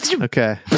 Okay